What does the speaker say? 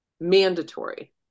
mandatory